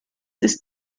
ist